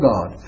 God